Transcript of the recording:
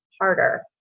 harder